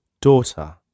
Daughter